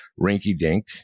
rinky-dink